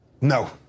No